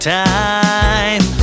time